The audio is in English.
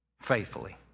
faithfully